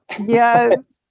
Yes